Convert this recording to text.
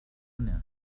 هنا